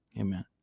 Amen